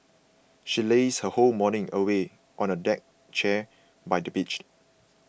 she lazed her whole morning away on a deck chair by the beach